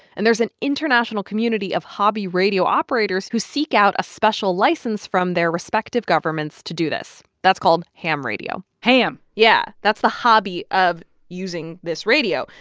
and there's an international community of hobby radio operators who seek out a special license from their respective governments to do this. that's called ham radio ham yeah, that's the hobby of using this radio.